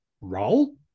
Role